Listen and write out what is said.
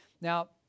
Now